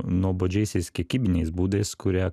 nuobodžiaisiais kiekybiniais būdais kurie